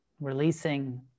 releasing